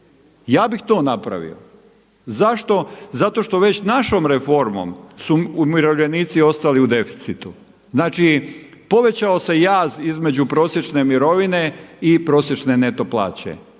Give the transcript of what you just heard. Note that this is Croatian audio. ja bih to napravio. Zašto? Zato što već našom reformom su umirovljenici ostali u deficitu. Znači povećao se jaz između prosječne mirovine i prosječne neto plaće